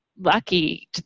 lucky